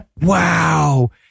Wow